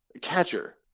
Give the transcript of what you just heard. catcher